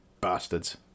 bastards